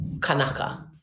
kanaka